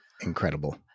Incredible